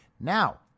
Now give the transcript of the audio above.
Now